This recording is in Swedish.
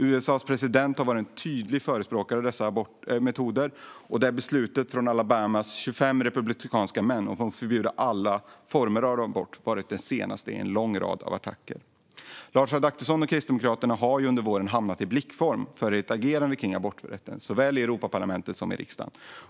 USA:s president har varit en tydlig förespråkare för dessa metoder, och beslutet från Alabamas 25 republikanska män att förbjuda alla former av abort är bara den senaste i en lång rad av attacker. Lars Adaktusson och Kristdemokraterna har under våren hamnat i blickfånget för sitt agerande när det gäller aborträtten, såväl i Europaparlamentet som i riksdagen.